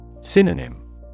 Synonym